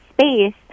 space